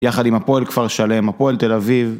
יחד עם הפועל כפר שלם, הפועל תל אביב.